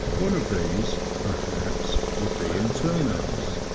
one of these, perhaps, would be in turnips,